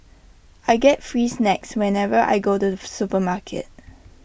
I get free snacks whenever I go to the supermarket